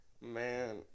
man